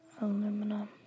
Aluminum